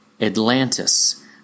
Atlantis